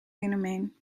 fenomeen